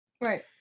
Right